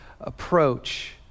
approach